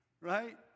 Right